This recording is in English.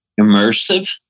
Immersive